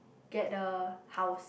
get a house